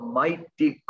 mighty